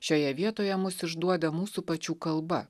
šioje vietoje mus išduoda mūsų pačių kalba